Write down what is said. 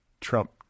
Trump